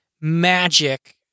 magic